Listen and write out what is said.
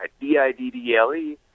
D-I-D-D-L-E